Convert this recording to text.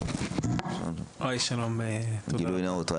גילוי נאות,